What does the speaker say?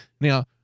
Now